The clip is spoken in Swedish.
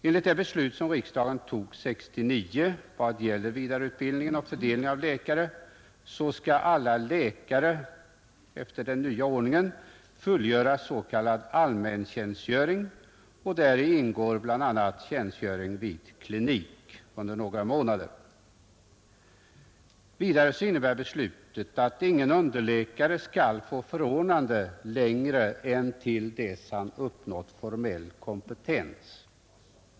Enligt det beslut som riksdagen fattade 1969 om vidareutbildning och fördelning av läkare skall alla läkare efter den nya ordningen fullgöra s.k. allmäntjänstgöring, i vilken bl.a. ingår några månaders tjänstgöring vid klinik. Beslutet innebär vidare att ingen underläkare skall få förordnande längre än till dess han har uppnått formell kompetens.